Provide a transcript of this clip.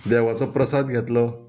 देवाचो प्रसाद घेतलो